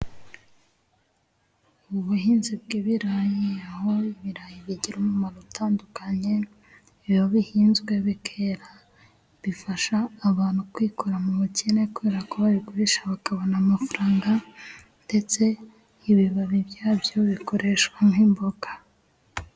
Ubuhinzi bw'ibirayi, aho ibirayi bigira umumaro utandukanye, iyo bihinzwe bikera bifasha abantu kwikura mu bukene, kubera ko babigurisha bakabona amafaranga, ndetse n'ibibabi bya byo bikoreshwa nk'imboga.